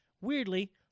weirdly